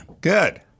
Good